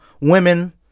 women